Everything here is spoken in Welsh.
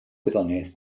gwyddoniaeth